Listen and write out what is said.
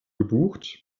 gebucht